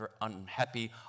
unhappy